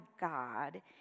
God